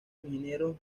ingenieros